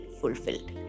fulfilled